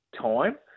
time